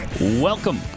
welcome